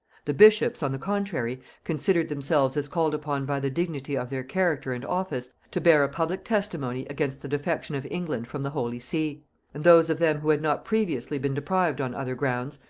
the bishops, on the contrary, considered themselves as called upon by the dignity of their character and office to bear a public testimony against the defection of england from the holy see and those of them who had not previously been deprived on other grounds,